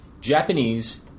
Japanese